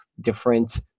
different